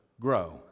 grow